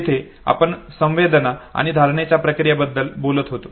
तेथे आपण संवेदना आणि धारणेच्या प्रक्रियेबद्दल बोलत होतो